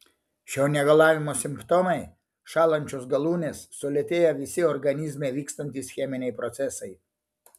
šio negalavimo simptomai šąlančios galūnės sulėtėję visi organizme vykstantys cheminiai procesai